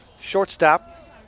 shortstop